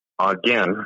Again